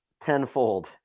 tenfold